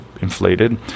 inflated